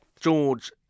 George